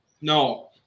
No